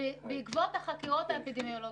בעקבות החקירות האפידמיולוגית?